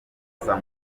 gusa